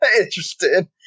interested